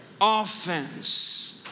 offense